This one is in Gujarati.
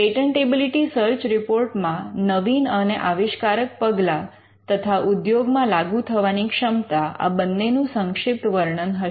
પેટન્ટેબિલિટી સર્ચ રિપોર્ટ માં નવીન અને આવિષ્કારક પગલા તથા ઉદ્યોગમાં લાગુ થવાની ક્ષમતા આ બંનેનું સંક્ષિપ્ત વર્ણન હશે